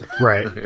right